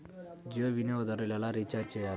జియో వినియోగదారులు ఎలా రీఛార్జ్ చేయాలి?